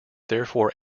therefore